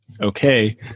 okay